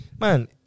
Man